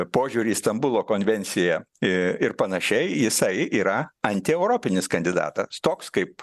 požiūrį į stambulo konvenciją ir panašiai jisai yra antieuropinis kandidatas toks kaip